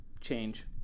change